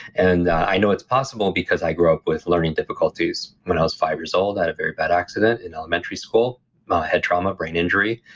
and i know it's possible because i grew up with learning difficulties. when i was five years old, i had a very bad accident in elementary school head trauma, brain injury,